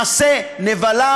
מעשה נבלה,